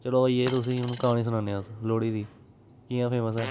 चलो आइयै तुसेंगी हून क्हानी सनाने आं अस लोह्ड़ी दी कियां फेमस ऐ